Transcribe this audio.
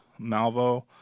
Malvo